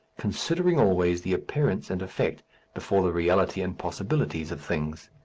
considering always the appearance and effect before the reality and possibilities of things.